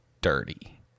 dirty